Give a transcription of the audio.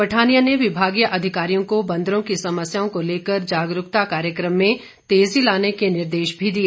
पठानिया ने विभागीय अधिकारियों को बंदरों की समस्याओं को लेकर जागरूकता कार्यक्रम में तेजी लाने के निर्देश भी दिए